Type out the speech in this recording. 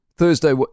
Thursday